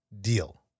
deal